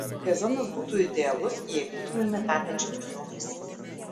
sezonas būtų idealus jei būtumėme tapę čempionais